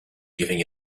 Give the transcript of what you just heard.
giving